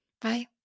Bye